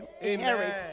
inherit